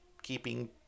Keeping